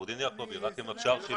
עורכת דין יעקובי, רק אם אפשר שאלה.